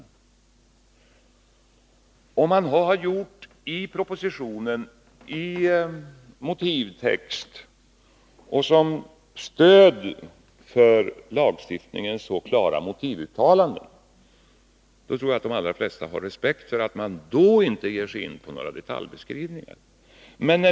Har man i propositionen och i motivtexten såsom stöd för lagstiftningen så klara motivuttalanden tror jag att de flesta har respekt för att man då inte ger sig in på några detaljbeskrivningar.